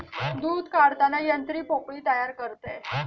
दूध काढताना यंत्र पोकळी तयार करते